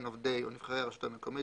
עובדי המשרד או נבחרי הרשות המקומית,